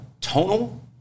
tonal